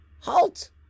halt